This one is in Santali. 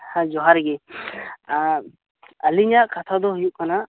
ᱦᱮᱸ ᱡᱚᱦᱟᱨ ᱜᱮ ᱟᱹᱞᱤᱧᱟᱜ ᱠᱟᱛᱷᱟ ᱫᱚ ᱦᱩᱭᱩᱜ ᱠᱟᱱᱟ